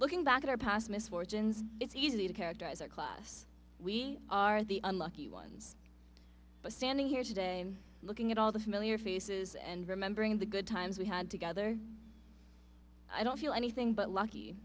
looking back at our past misfortunes it's easy to characterize our class we are the unlucky ones but standing here today looking at all the familiar faces and remembering the good times we had together i don't feel anything but lucky